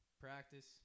Practice